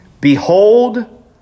Behold